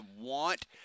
want